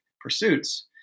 pursuits